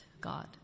God